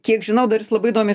kiek žinau dar jis labai įdomiai